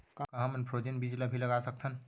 का हमन फ्रोजेन बीज ला भी लगा सकथन?